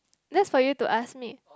that's for you to ask me